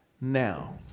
now